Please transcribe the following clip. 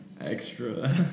Extra